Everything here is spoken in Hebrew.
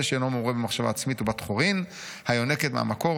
שאינו מעורה במחשבה עצמית ובת-חורין היונקת מהמקור,